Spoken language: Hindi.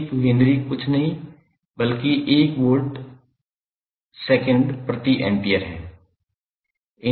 1 हेनरी कुछ नहीं बल्कि 1 वोल्ट सेकंड प्रति एम्पीयर है